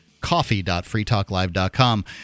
coffee.freetalklive.com